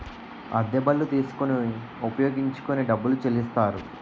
అద్దె బళ్ళు తీసుకొని ఉపయోగించుకొని డబ్బులు చెల్లిస్తారు